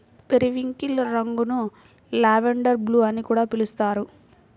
periwinkle రంగును lavender blue అని కూడా పిలుస్తారు